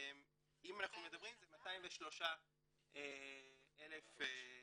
אם אנחנו מדברים, זה 203,000 שקל